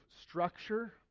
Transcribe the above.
structure